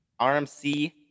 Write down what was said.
RMC